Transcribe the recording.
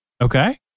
Okay